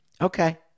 Okay